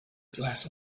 glass